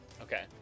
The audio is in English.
Okay